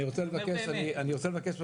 אני רוצה לבקש משהו,